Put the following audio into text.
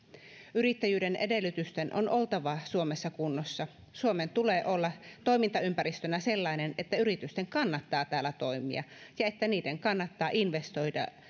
yrittäjyyden edellytysten on oltava suomessa kunnossa suomen tulee olla toimintaympäristönä sellainen että yritysten kannattaa täällä toimia ja että niiden kannattaa investoida